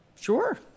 Sure